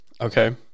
okay